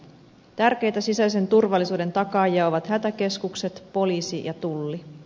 tärkeitä sisäisen turvallisuuden takaajia ovat hätäkeskukset poliisi ja tulli